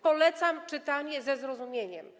Polecam czytanie ze zrozumieniem.